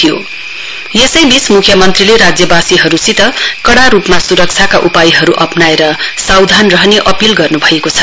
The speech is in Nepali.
सिएम अपील यसैवीच म्ख्यमन्त्रीले राज्यवासीहरूसित कड़ा रूपमा स्रक्षाका उपायहरू अप्नाएर सावधान रहने अपील गर्न्भएको छ